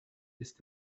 ist